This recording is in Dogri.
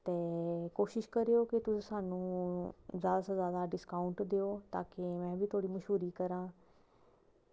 ते कोशश करेओ कि तुस सानूं जादै कोला जादै डिस्काऊंट देओ तां की में बी थुआढ़ी मशहूरी करां